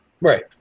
Right